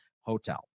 hotel